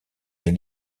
des